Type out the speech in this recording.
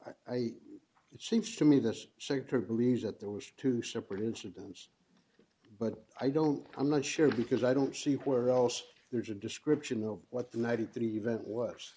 i i it seems to me this shooter believes that there were two separate incidents but i don't i'm not sure because i don't see where else there's a description of what the night at that event was